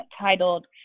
titled